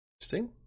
Interesting